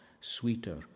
sweeter